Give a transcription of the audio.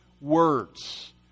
words